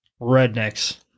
rednecks